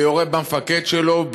ויורה במפקד שלו,